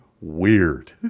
weird